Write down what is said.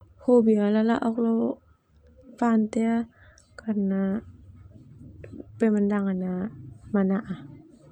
Lalaok lo pantai karna pemandangan manaa.